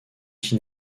qui